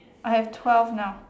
I have twelve now